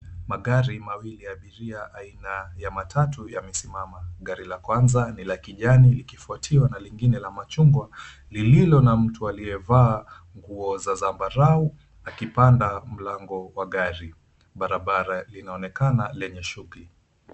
Magari mawili ya abiria aina ya matatu yamesimama. Gari la kwanza ni la kijani likifuatiwa na lingine la machungwa, lililo na mtu aliyevaa nguo za zambarau akipanda mlango wa gari. Barabara linaonekana lenye shughuli.